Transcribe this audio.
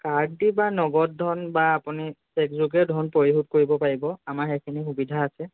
card দি বা নগদ ধন বা আপুনি চেকযোগে ধন পৰিশোধ কৰিব পাৰিব আমাৰ সেইখিনি সুবিধা আছে